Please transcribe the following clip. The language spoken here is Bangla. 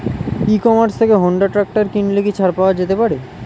ই কমার্স থেকে হোন্ডা ট্রাকটার কিনলে কি ছাড় পাওয়া যেতে পারে?